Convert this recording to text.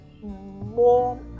more